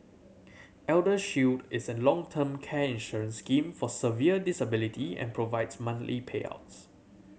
ElderShield is a long term care insurance scheme for severe disability and provides monthly payouts